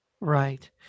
Right